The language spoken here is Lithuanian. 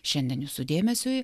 šiandien jūsų dėmesiui